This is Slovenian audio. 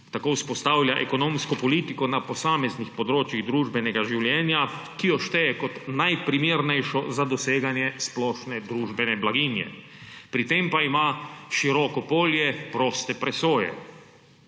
Tako vzpostavlja ekonomsko politiko na posameznih področjih družbenega življenja, ki jo šteje kot najprimernejšo za doseganje splošne družbene blaginje, pri tem pa ima široko polje proste presoje.